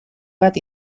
bat